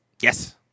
Yes